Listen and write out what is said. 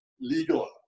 legal